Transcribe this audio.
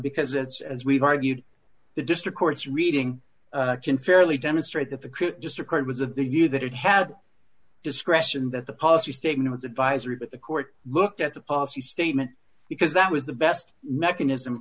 because it's as we've argued the district courts reading can fairly demonstrate that the crew just record was of the view that it had discretion that the policy statement was advisory but the court looked at the policy statement because that was the best mechanism